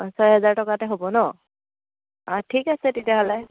পাঁছ ছয় হাজাৰ টকাতে হ'ব ন' আ ঠিক আছে তেতিয়াহ'লে